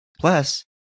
Plus